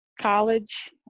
college